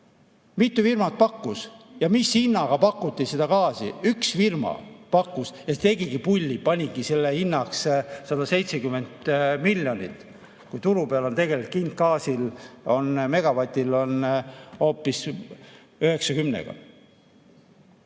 mitu firmat pakkus. Ja mis hinnaga pakuti seda gaasi? Üks firma pakkus, tegigi pulli, panigi selle hinnaks 170 miljonit, kui turu peal on tegelik gaasi hind megavatil hoopis 90.